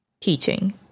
teaching